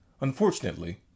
unfortunately